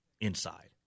inside